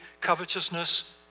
covetousness